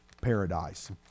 paradise